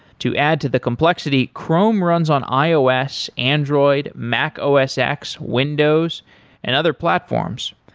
to add to the complexity, chrome runs on ios, android, mac os x, windows and other platforms.